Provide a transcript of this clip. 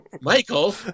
Michael